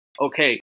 okay